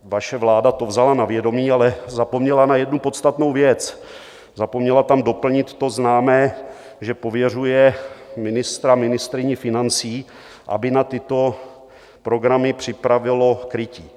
Vaše vláda to vzala na vědomí, ale zapomněla na jednu podstatnou věc zapomněla tam doplnit to známé, že pověřuje ministryni financí, aby na tyto programy připravila krytí.